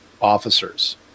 officers